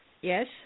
Yes